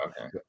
okay